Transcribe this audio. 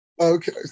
Okay